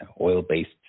oil-based